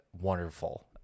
wonderful